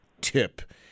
tip